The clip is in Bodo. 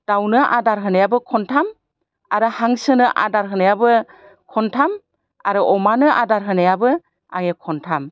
दाउनो आदार होनायाबो खनथाम आरो हांसोनो आदार होनायाबो खनथाम आरो अमानो आदार होनायाबो आंने खनथाम